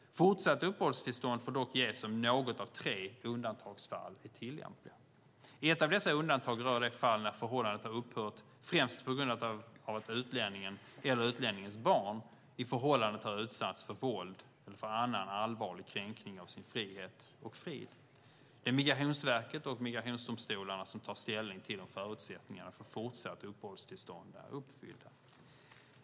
Fortsatt uppehållstillstånd får dock ges om något av tre undantagsfall är tillämpliga. Ett av dessa undantag rör de fall när förhållandet har upphört främst på grund av att utlänningen eller utlänningens barn i förhållandet har utsatts för våld eller för annan allvarlig kränkning av sin frihet och frid. Det är Migrationsverket och migrationsdomstolarna som tar ställning till om förutsättningarna för fortsatt uppehållstillstånd är uppfyllda.